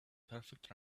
perfect